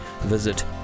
visit